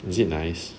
is it nice